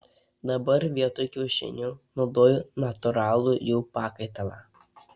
dabar vietoj kiaušinių naudoju natūralų jų pakaitalą